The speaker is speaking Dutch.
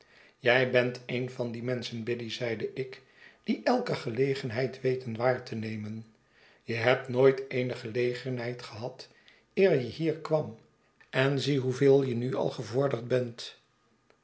jij bent een van die menschen biddy zeide ik die elke gelegenheid weten waar te nemen je bebt nooit eene gelegenheid gebad eerjehw kwam en zie hoeveel je nu al gevorderd bent